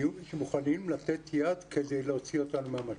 שמוכנים לתת יד כדי להוציא אותנו מהמשבר.